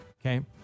okay